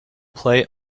play